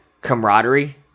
camaraderie